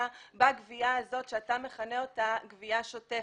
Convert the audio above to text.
בגבייה הזאת שאתה מכנה אותה גבייה שוטפת.